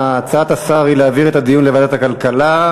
הצעת השר היא להעביר את הדיון לוועדת הכלכלה.